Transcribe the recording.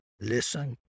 listen